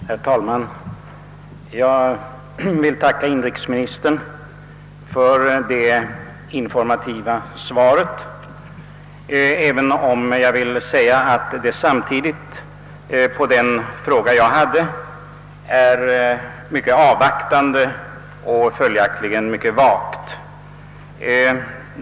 Herr talman! Jag vill tacka inrikesministern för det informativa svaret, även om jag samtidigt måste säga att det vad min fråga beträffar är mycket avvaktande och följaktligen mycket vagt.